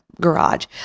garage